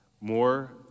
more